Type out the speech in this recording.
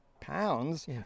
pounds